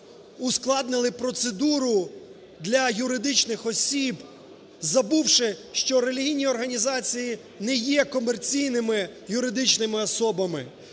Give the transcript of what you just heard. ускладнили процедуру для юридичних осіб забувши, що релігійні організації не є комерційними юридичними особами,